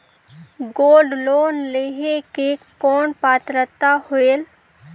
Gold loan लेहे के कौन पात्रता होएल?